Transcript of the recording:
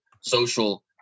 social